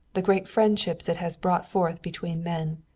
the great friendships it has brought forth between men.